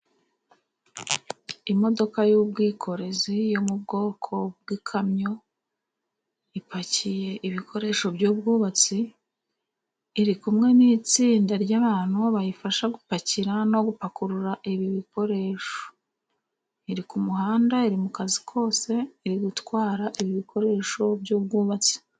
Imodoka y'ubwikorezi yo mu bwoko bw'ikamyo ipakiye ibikoresho by'ubwubatsi, iri kumwe n'itsinda ry'abantu bayifasha gupakira no gupakurura ibi bikoresho, iri ku muhanda, iri mu kazi kose, iri gutwara ibi bikoresho by'ubwubatsi.